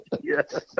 Yes